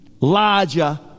larger